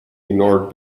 ignored